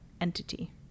entity